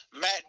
Matt